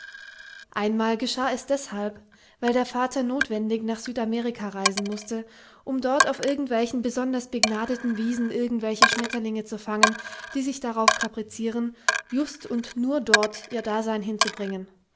einmal geschah es deshalb weil der vater notwendig nach südamerika reisen mußte um dort auf irgendwelchen besonders begnadeten wiesen irgendwelche schmetterlinge zu fangen die sich darauf kaprizieren just und nur dort ihr dasein hinzubringen